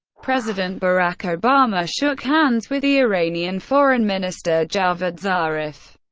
president barack obama shook hands with the iranian foreign minister javad zarif,